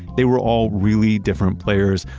they were all really different players,